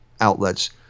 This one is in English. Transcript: outlets